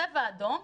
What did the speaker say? צבע אדום,